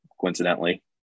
coincidentally